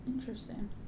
Interesting